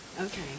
Okay